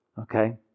okay